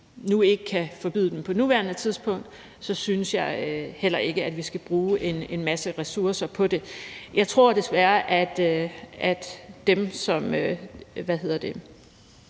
nu ikke kan forbyde dem på nuværende tidspunkt, synes jeg heller ikke, at vi skal bruge en masse ressourcer på det. Jeg tror desværre, at dem, som er i den her